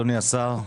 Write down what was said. אדוני השר,